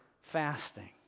fasting